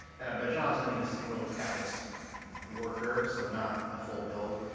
and by jobs i mean a single travis worker, so not a full build.